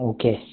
Okay